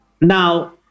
Now